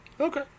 Okay